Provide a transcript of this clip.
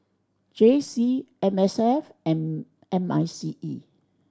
J C M S F and M I C E